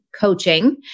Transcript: Coaching